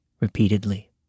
repeatedly